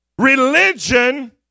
Religion